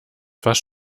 fast